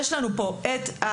יש לנו פה את ה